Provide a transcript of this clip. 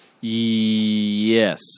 Yes